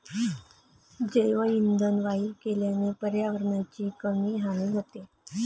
जैवइंधन वायू केल्याने पर्यावरणाची कमी हानी होते